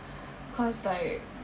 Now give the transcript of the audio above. because like